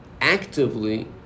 actively